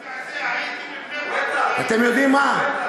אני מזדעזע, הייתי בבני-ברק, אתם יודעים מה?